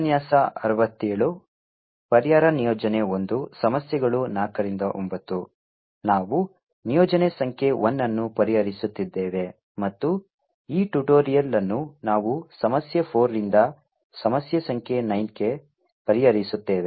ನಾವು ನಿಯೋಜನೆ ಸಂಖ್ಯೆ 1 ಅನ್ನು ಪರಿಹರಿಸುತ್ತಿದ್ದೇವೆ ಮತ್ತು ಈ ಟ್ಯುಟೋರಿಯಲ್ ಅನ್ನು ನಾವು ಸಮಸ್ಯೆ 4 ರಿಂದ ಸಮಸ್ಯೆ ಸಂಖ್ಯೆ 9 ಕ್ಕೆ ಪರಿಹರಿಸುತ್ತೇವೆ